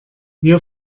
wir